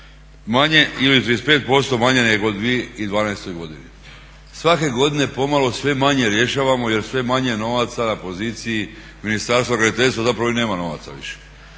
manje ili 35% manje nego u 2012. godini. Svake godine pomalo sve manje rješavamo jer je sve manje novaca na poziciji Ministarstva graditeljstva. Zapravo i nema novaca više,